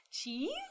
cheese